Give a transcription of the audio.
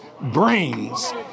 brains